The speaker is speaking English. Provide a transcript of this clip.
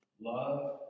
love